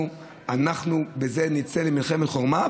אנחנו בזה נצא למלחמת חורמה,